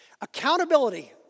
Accountability